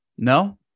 No